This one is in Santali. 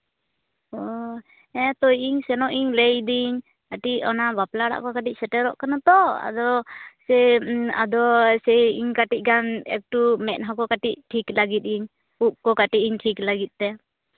ᱚ ᱦᱮᱸᱛᱚ ᱤᱧ ᱥᱮᱱᱚᱜ ᱤᱧ ᱞᱟᱹᱭ ᱫᱤᱧ ᱟᱹᱰᱤ ᱚᱱᱟ ᱵᱟᱯᱞᱟ ᱚᱲᱟᱜ ᱠᱚ ᱠᱟᱹᱴᱤᱡ ᱥᱮᱴᱮᱨᱚᱜ ᱠᱟᱱᱟ ᱛᱚ ᱟᱫᱚ ᱥᱮ ᱤᱧ ᱠᱟᱹᱴᱤᱡ ᱜᱟᱱ ᱮᱠᱴᱩ ᱢᱮᱫᱦᱟ ᱠᱚ ᱠᱟᱹᱴᱤᱡ ᱴᱷᱤᱠ ᱞᱟᱹᱜᱤᱫ ᱤᱧ ᱩᱵ ᱠᱚ ᱠᱟᱹᱴᱤᱡ ᱤᱧ ᱴᱷᱤᱠ ᱞᱟᱹᱜᱤᱫ ᱛᱮ